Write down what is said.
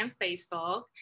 Facebook